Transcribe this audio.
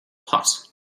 pot